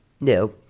No